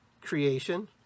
creation